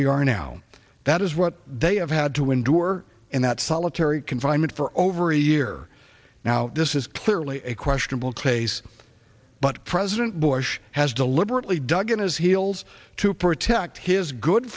we are now that is what they have had to endure in that solitary confinement for over a year now this is clearly a questionable case but president bush has deliberately dug in his heels to protect his good